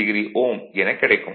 56o Ω எனக் கிடைக்கும்